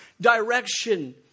direction